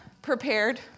prepared